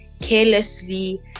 carelessly